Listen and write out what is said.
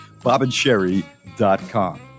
BobandSherry.com